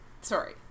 sorry